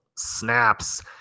snaps